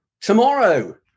tomorrow